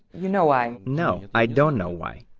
you know why. no, i dont know why.